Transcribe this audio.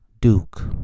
Duke